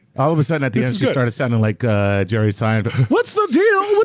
all of a sudden at the end she started sounding like ah jerry seinfeld. what's the deal